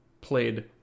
played